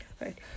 right